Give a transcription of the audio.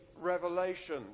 revelation